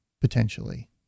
potentially